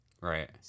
Right